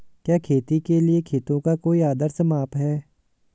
क्या खेती के लिए खेतों का कोई आदर्श माप है?